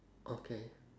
okay